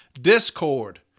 Discord